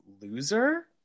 Loser